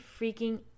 freaking